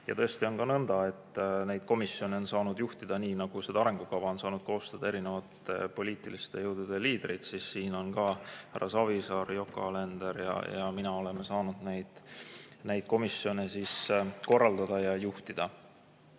Ja tõesti on nõnda, et neid komisjone on saanud juhtida, nii nagu seda arengukava on saanud koostada erinevate poliitiliste jõudude liidrid. Siin on härra Savisaar, Yoko Alender ja mina, kes me oleme saanud neid komisjone korraldada ja juhtida.